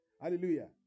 Hallelujah